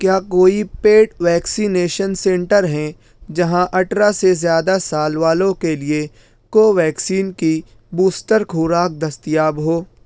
کیا کوئی paid vaccination centre ہیں جہاں اٹھارہ سے زیادہ سال والوں کے لیے کوویکسین کی بوستر خوراک دستیاب ہو